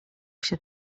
się